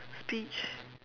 speech